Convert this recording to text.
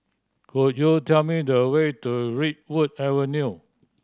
could you tell me the way to Redwood Avenue